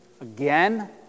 Again